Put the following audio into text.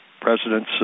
presidents